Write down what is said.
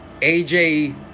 AJ